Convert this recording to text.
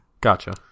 Gotcha